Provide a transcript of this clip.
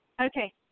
Okay